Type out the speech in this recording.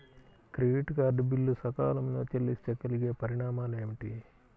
Credit card bill సకాలంలో చెల్లిస్తే కలిగే పరిణామాలేమిటి?